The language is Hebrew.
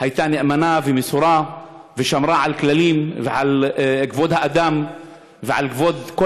הייתה נאמנה ומסורה ושמרה על כללים ועל כבוד האדם ועל כבוד כל